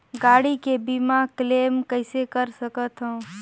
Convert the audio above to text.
गाड़ी के बीमा क्लेम कइसे कर सकथव?